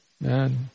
man